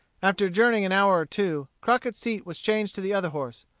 after journeying an hour or two, crockett's seat was changed to the other horse.